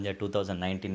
2019